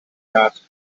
gas